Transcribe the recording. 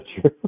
true